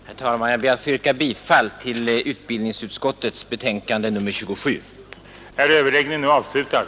Herr talman! Jag ber att få yrka bifall till utbildningsutskottets hemställan i dess betänkande nr 27.